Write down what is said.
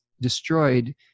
destroyed